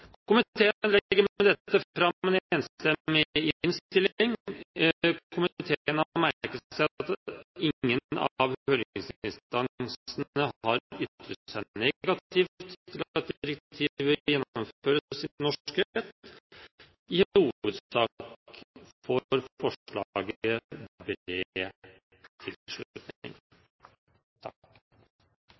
Komiteen legger med dette fram en enstemmig innstilling. Komiteen har merket seg at ingen av høringsinstansene har ytret seg negativt til at direktivet gjennomføres